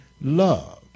love